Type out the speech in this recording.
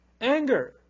anger